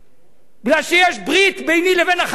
כי יש ברית ביני לבין החרדים?